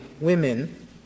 women